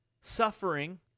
suffering